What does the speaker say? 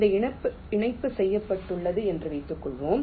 இந்த இணைப்பு செய்யப்பட்டுள்ளது என்று வைத்துக்கொள்வோம்